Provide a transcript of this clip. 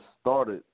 started